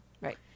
right